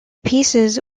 pieces